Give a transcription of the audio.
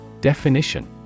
Definition